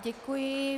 Děkuji.